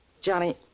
Johnny